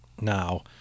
now